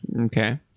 Okay